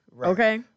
Okay